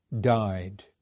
died